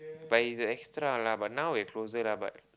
but he is a extra lah but now we closer lah but